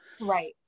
Right